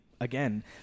again